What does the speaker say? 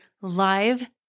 live